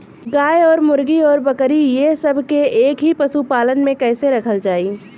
गाय और मुर्गी और बकरी ये सब के एक ही पशुपालन में कइसे रखल जाई?